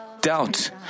doubt